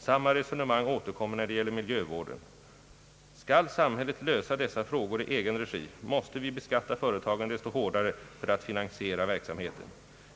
Samma resonemang återkommer när det gäller miljövården. Skall samhället lösa dessa frågor i egen regi, måste vi beskatta företagen desto hårdare för att finansiera verksamheten.